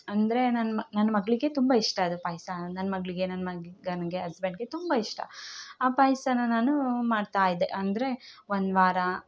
ಅಂದರೆ ನನ್ನ ನನ್ನ ಮಗಳಿಗೆ ತುಂಬ ಇಷ್ಟ ಅದು ಪಾಯಸ ನನ್ನ ಮಗಳಿಗೆ ನನ್ನ ಮಗನಿಗೆ ಹಸ್ಬೆಂಡಿಗೆ ತುಂಬ ಇಷ್ಟ ಆ ಪಾಯ್ಸ ನಾನು ಮಾಡ್ತಾ ಇದ್ದೆ ಅಂದರೆ ಒಂದುವಾರ